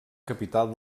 capital